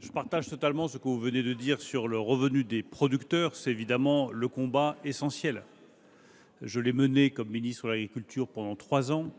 je partage totalement ce que vous venez de dire sur le revenu des producteurs : c’est, bien évidemment, le combat essentiel. Je l’ai mené comme ministre de l’agriculture pendant trois ans ;